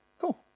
cool